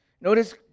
Notice